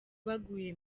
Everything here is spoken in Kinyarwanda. baguye